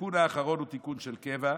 התיקון האחרון הוא תיקון של קבע,